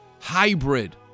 hybrid